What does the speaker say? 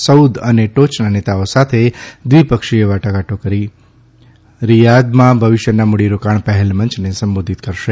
Saud અને ટોચના નેતાઓ સાથે દ્વિપક્ષીય વાટાઘાટો કરી રિથાધમાં ભવિષ્યના મૂડીરોકાણ પહેલ મંચને સંબોધિત કરશે